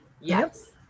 Yes